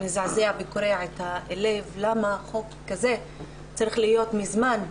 מזעזע וקורע לב למה חוק כזה צריך להיות כבר מזמן.